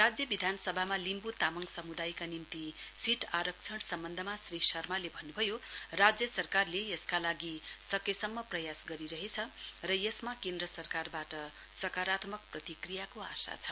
राज्य विधानसभामा लिम्बु तामाङ समुदायका निम्ति सीट आरक्षण सम्बन्धमा श्री शर्माले भन्नुभयो राज्य सरकारले यसका लागि सकेसम्म प्रयास गरिरहेछ र यसमा केन्द्र सरकारबाट सकारात्मक प्रतिक्रियाको आशा छ